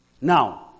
Now